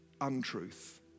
untruth